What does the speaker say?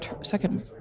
second